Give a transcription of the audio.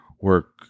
work